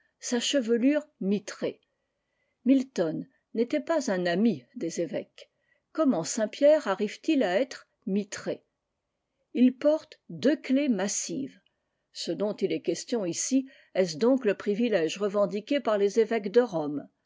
sa chevelure vitrée milton n'était pas un ami des evêques comment saint pierre arrive-t-il à être mitré il porte deux clefs massives ce dont il est question ici est-ce donc le privilège revendiqué par les evêques de rome